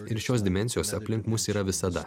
ir šios dimensijos aplink mus yra visada